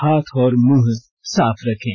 हाथ और मुंह साफ रखें